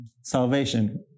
salvation